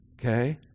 Okay